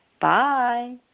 Bye